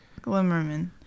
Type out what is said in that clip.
Glimmerman